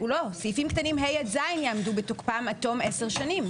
סעיפים קטנים (ה) עד (ז) יעמדו בתוקפם עד תום 10 שנים.